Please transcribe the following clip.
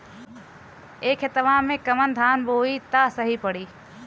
ए खेतवा मे कवन धान बोइब त सही पड़ी?